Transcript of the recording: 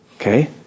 okay